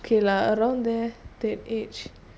K lah around there that age